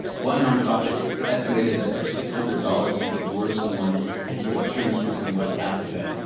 one nonprofit estimated that for six hundred dollars, you could lure someone into an extremist group in west africa.